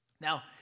Now